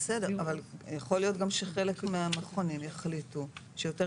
יכול להיות גם שחלק מהמכונים יחליטו שיותר